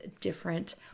different